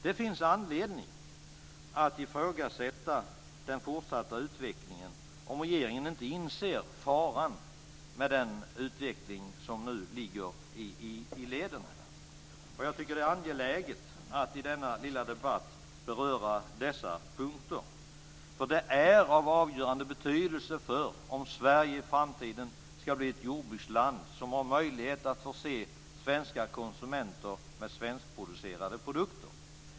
Det finns anledning att ifrågasätta den fortsatta utvecklingen om regeringen inte inser faran med den utveckling som nu ligger i leden. Jag tycker att det är angeläget att i denna lilla debatt beröra dessa punkter, för det är av avgörande betydelse för om Sverige i framtiden ska bli ett jordbruksland som har möjlighet att förse svenska konsumenter med svenskproducerade produkter.